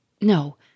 No